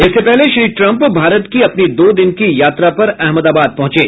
इससे पहले श्री ट्रंप भारत की अपनी दो दिन की यात्रा पर अहमदाबाद पहुंचे